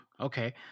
okay